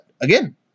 again